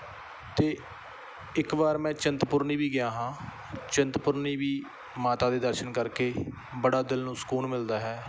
ਅਤੇ ਇੱਕ ਵਾਰ ਮੈਂ ਚਿੰਤਪੁਰਨੀ ਵੀ ਗਿਆ ਹਾਂ ਚਿੰਤਪੁਰਨੀ ਵੀ ਮਾਤਾ ਦੇ ਦਰਸ਼ਨ ਕਰਕੇ ਬੜਾ ਦਿਲ ਨੂੰ ਸਕੂਨ ਮਿਲਦਾ ਹੈ